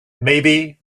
maybe